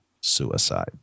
suicide